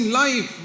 life